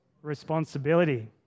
responsibility